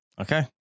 okay